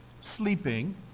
sleeping